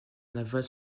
navales